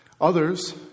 Others